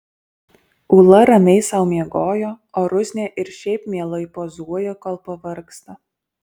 ūla ramiai sau miegojo o rusnė ir šiaip mielai pozuoja kol pavargsta